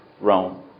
Rome